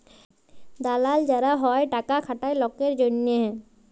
দালাল যারা হ্যয় টাকা খাটায় লকের জনহে